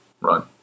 Run